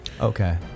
Okay